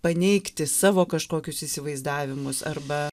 paneigti savo kažkokius įsivaizdavimus arba